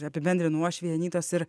ir apibendrino uošvienei anytos ir